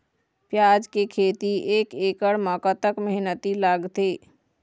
प्याज के खेती एक एकड़ म कतक मेहनती लागथे?